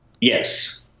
Yes